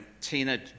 Tina